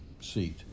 seat